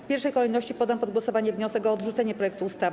W pierwszej kolejności poddam pod głosowanie wniosek o odrzucenie projektu ustawy.